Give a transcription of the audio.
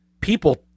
People